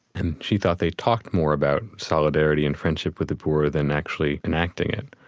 and she thought they talked more about solidarity and friendship with the poor than actually enacting it.